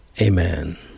Amen